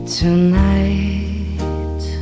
tonight